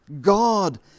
God